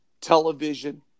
television